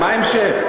מה ההמשך?